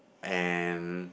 and